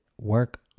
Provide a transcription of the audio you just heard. work